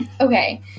Okay